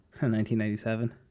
1997